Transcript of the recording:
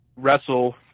wrestle